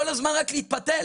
כל הזמן רק להתפתל?